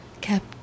kept